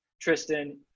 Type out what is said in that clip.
Tristan